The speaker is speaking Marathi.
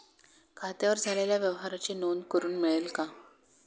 खात्यावर झालेल्या व्यवहाराची नोंद करून मिळेल का?